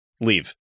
Leave